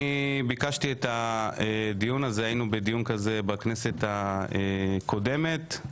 היינו בדיון כזה בכנסת הקודמת.